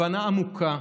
הבנה עמוקה,